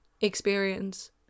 experience